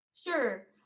Sure